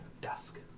dusk